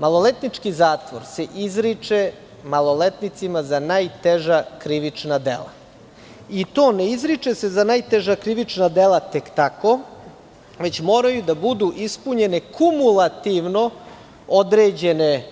Maloletnički zatvor se izriče maloletnicima za najteža krivična dela i to se ne izriče za najteža krivična dela tek tako, već moraju da budu ispunjene kumulativno određene